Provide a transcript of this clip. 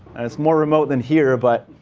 it's more remote than here, but